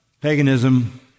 paganism